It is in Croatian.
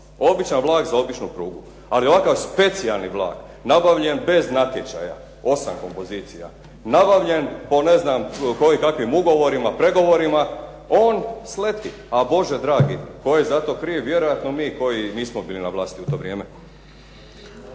običan vlak za običnu prugu. Ali ovakav specijalni vlak nabavljen bez natječaja 8 kompozicija, nabavljen po ne znam kojim i kakvim ugovorima, pregovorima on sleti. Bože dragi, tko je za to kriv? Vjerojatno mi koji nismo bili na vlasti u to vrijeme.